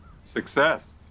Success